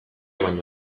baino